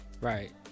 Right